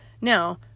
Now